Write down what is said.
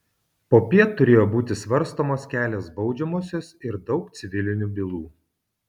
popiet turėjo būti svarstomos kelios baudžiamosios ir daug civilinių bylų